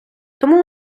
тому